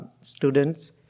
students